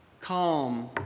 calm